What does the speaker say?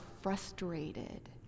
frustrated